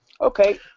Okay